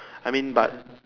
I mean but